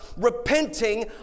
repenting